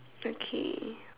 okay